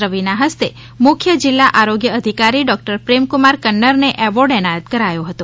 રવિના હસ્તે મુખ્ય જીલ્લા આરોગ્ય અધિકારી ડોકટર પ્રેમકુમાર કન્નરને એવોર્ડ એનાયત કરાયો હતો